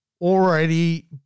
already